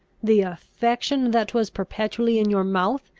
the affection that was perpetually in your mouth?